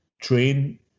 train